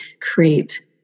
create